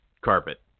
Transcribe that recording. carpet